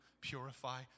purify